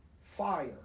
fire